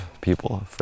people